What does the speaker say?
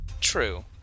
True